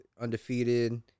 Undefeated